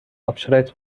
آبشارت